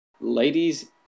ladies